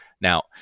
Now